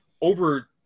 over